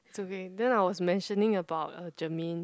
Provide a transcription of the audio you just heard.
it's okay then I was mentioning about uh Jermaine